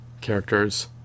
characters